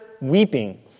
weeping